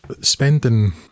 spending